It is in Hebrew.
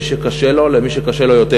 בין מי שקשה לו למי שקשה לו יותר.